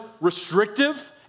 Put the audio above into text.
restrictive